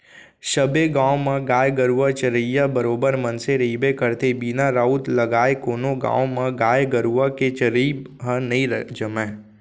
सबे गाँव म गाय गरुवा चरइया बरोबर मनसे रहिबे करथे बिना राउत लगाय कोनो गाँव म गाय गरुवा के चरई ह नई जमय